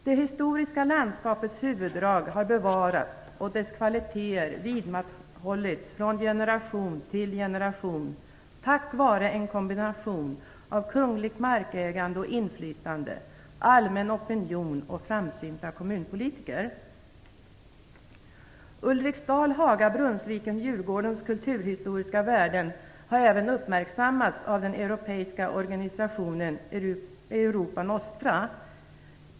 Det historiska landskapets huvuddrag har bevarats, och dess kvaliteter vidmakthållits från generation till generation tack vare en kombination av kungligt markägande och inflytande, allmän opinion och framsynta kommunpolitiker. Ulriksdal-Haga-Brunnsviken-Djurgårdens kulturhistoriska värden har även uppmärksammats av den europeiska organisationen Europa Nostra.